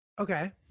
Okay